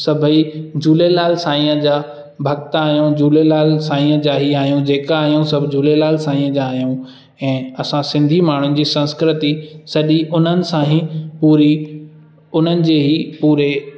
सभेई झूलेलाल साईंअ जा भक्त आहियूं झूलेलाल साईं जा ई आहियूं जेका आहियूं सभु झूलेलाल साईंअ जा आहियूं ऐं असां सिंधी माण्हुनि जी संस्कृति सॼी उन्हनि सां ई पूरी उन्हनि जे ई पूरे